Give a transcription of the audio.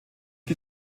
die